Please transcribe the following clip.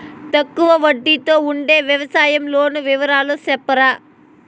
తక్కువ వడ్డీ తో ఉండే వ్యవసాయం లోను వివరాలు సెప్తారా?